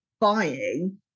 buying